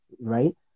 right